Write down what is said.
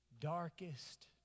darkest